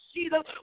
Jesus